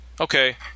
Okay